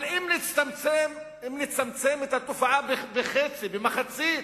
אבל אם נצמצם את התופעה בחצי, במחצית,